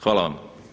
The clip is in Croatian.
Hvala vam.